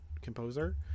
composer